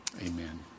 Amen